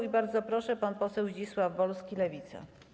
I bardzo proszę, pan poseł Zdzisław Wolski, Lewica.